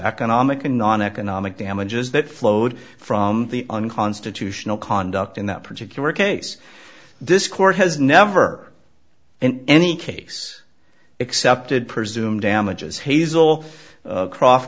economic and non economic damages that flowed from the unconstitutional conduct in that particular case this court has never in any case excepted presumed damages hazel cro